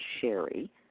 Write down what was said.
Sherry